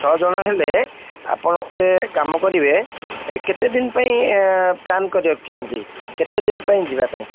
ଛଅ ଜଣ ହେଲେ ଆପଣ ଗୋଟେ କାମ କରିବେ କେତେ ଦିନ ପାଇଁ ପ୍ଲାନ କରି ରଖିଛନ୍ତି କେତେ ଦିନ ପାଇଁ ଯିବା ପାଇଁ